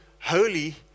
holy